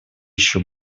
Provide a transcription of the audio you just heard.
еще